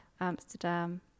amsterdam